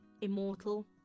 immortal